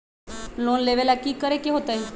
Loan लेवेला की करेके होतई?